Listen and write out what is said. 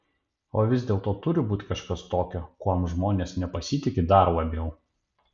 o vis dėlto turi būti kažkas tokio kuom žmonės nepasitiki dar labiau